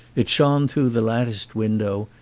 it shone through the latticed window,